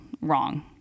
wrong